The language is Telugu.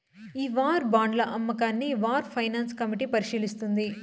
ఈ వార్ బాండ్ల అమ్మకాన్ని వార్ ఫైనాన్స్ కమిటీ పరిశీలిస్తుంది